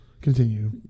continue